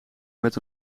met